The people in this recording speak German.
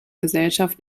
gesellschaft